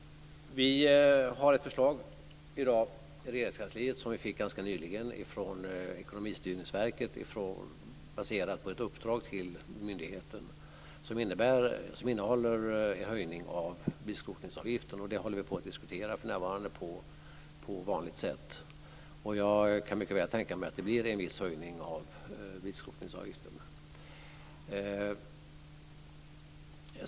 Vi har ett förslag i Regeringskansliet som vi fick ganska nyligen från Ekonomistyrningsverket, baserat på ett uppdrag till myndigheten, där en höjning av bilskrotningsavgiften finns med, och det håller vi för närvarande på att diskutera på vanligt sätt. Jag kan mycket väl tänka mig att det blir en viss höjning av bilskrotningsavgiften.